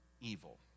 evil